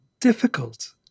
difficult